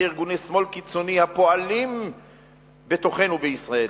ארגוני שמאל קיצוני הפועלים בתוכנו בישראל.